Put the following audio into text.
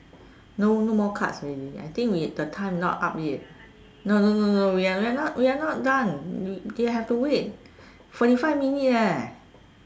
no no more cards already I think we the time not up yet no no no we are not we are not done we have to wait forty five minute leh